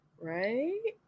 right